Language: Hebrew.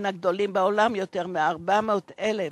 מהגדולות בעולם, יותר מ-400,000